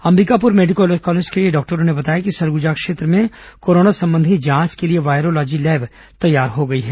Ambikapur medical college के डॉक्टरों ने बताया कि सरगुजा क्षेत्र में कोरोना संबंधी जांच के लिए वायरोलॉजी लैब तैयार हो गई है